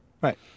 Right